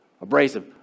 abrasive